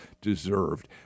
deserved